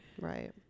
Right